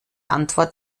antwort